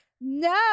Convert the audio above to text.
No